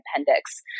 appendix